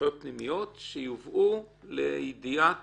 הנחיות פנימיות שיובאו לידיעת